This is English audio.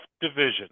division